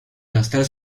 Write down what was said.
installe